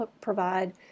provide